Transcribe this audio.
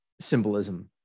symbolism